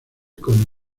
con